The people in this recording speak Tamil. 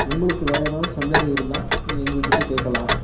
உங்களுக்கு வேற ஏதாவது சந்தேகம் இருந்தால் நீங்கள் எங்ககிட்ட கேட்கலாம்